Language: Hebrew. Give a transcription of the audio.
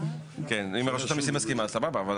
אם רשות המיסים מסכימה אז סבבה.